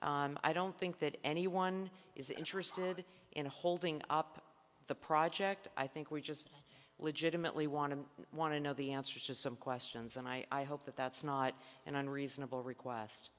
i don't think that anyone is interested in a holding up the project i think we just legitimately want to want to know the answers to some questions and i hope that that's not an unreasonable